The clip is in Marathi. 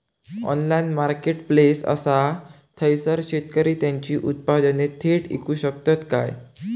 ऑनलाइन मार्केटप्लेस असा थयसर शेतकरी त्यांची उत्पादने थेट इकू शकतत काय?